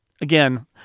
again